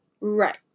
Right